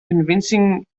convincing